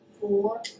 Four